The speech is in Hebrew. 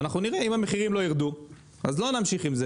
אם נראה שהמחירים לא ירדו לא נמשיך עם זה,